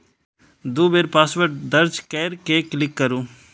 दू बेर पासवर्ड दर्ज कैर के क्लिक करू